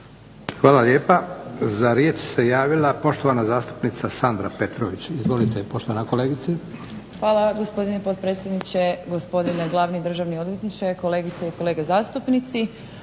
Hvala lijepa. Za riječ se javila poštovana zastupnica Sandra Petrović. Izvolite poštovana kolegice. **Petrović Jakovina, Sandra (SDP)** Hvala vam gospodine potpredsjedniče, gospodine Glavni državni odvjetniče, kolegice i kolege zastupnici.